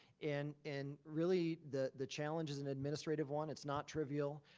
and and really, the the challenge is an administrative one. it's not trivial.